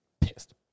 pissed